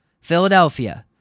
Philadelphia